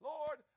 Lord